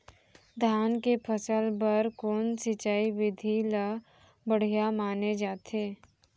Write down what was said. धान के फसल बर कोन सिंचाई विधि ला बढ़िया माने जाथे?